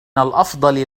الأفضل